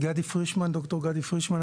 ד"ר גדי פרישמן,